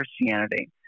Christianity